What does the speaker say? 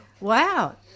Wow